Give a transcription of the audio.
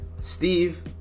Steve